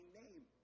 name